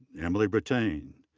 emily brattain.